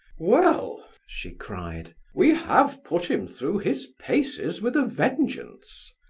well! she cried, we have put him through his paces with a vengeance!